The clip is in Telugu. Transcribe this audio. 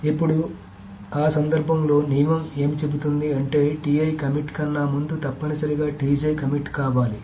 ఇప్పుడు ఆ సందర్భంలో నియమం ఏమి చెబుతుంది అంటే కమిట్ కన్నా ముందు తప్పనిసరిగా కమిట్ కావాలి